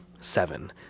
seven